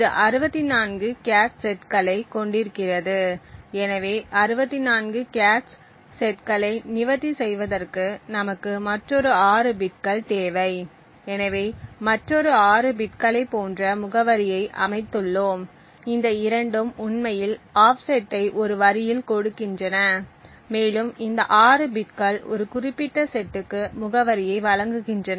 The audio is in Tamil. இது 64 கேச் செட்களை கொண்டிருக்கிறது எனவே 64 கேச் செட்களை நிவர்த்தி செய்வதற்கு நமக்கு மற்றொரு 6 பிட்கள் தேவை எனவே மற்றொரு 6 பிட்களைப் போன்ற முகவரியை அமைத்துள்ளோம் இந்த இரண்டும் உண்மையில் ஆஃப்செட்டை ஒரு வரியில் கொடுக்கின்றன மேலும் இந்த 6 பிட்கள் ஒரு குறிப்பிட்ட செட்டுக்கு முகவரியை வழங்குகின்றன